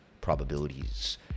probabilities